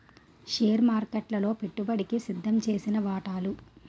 share మార్కెట్లలో పెట్టుబడికి సిద్దంచేసిన వాటాలు